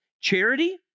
charity